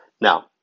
Now